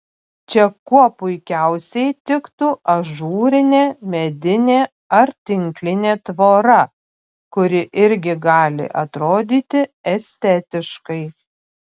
čia kuo puikiausiai tiktų ažūrinė medinė ar tinklinė tvora kuri irgi gali atrodyti estetiškai